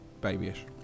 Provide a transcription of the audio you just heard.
babyish